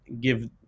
give